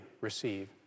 receive